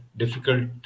difficult